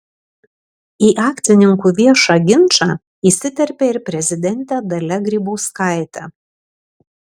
į akcininkų viešą ginčą įsiterpė ir prezidentė dalia grybauskaitė